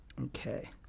Okay